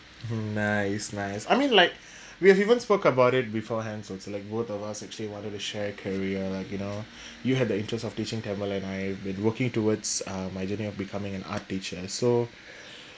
nice nice I mean like we have even spoke about it beforehand so so like both of us actually wanted to share career like you know you have the interest of teaching tamil and I've been working uh my journey of becoming an art teacher so